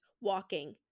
walking